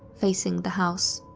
facing the house.